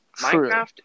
Minecraft